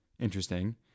Interesting